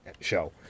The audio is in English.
show